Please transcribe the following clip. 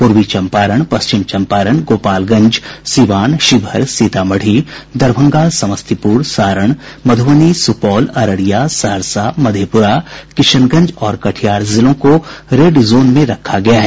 पूर्वी चंपारण पश्चिम चंपारण गोपालगंज सिवान शिवहर सीतामढ़ी दरभंगा समस्तीपुर सारण मधुबनी सुपौल अररिया सहरसा मधेपुरा किशनगंज और कटिहार जिलों को रेड जोन में रखा गया है